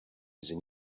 than